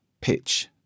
pitch